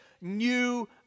new